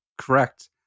correct